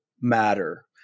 matter